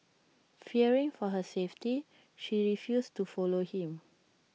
fearing for her safety she refused to follow him